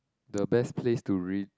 the best place to read